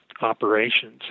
operations